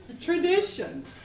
tradition